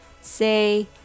say